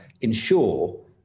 ensure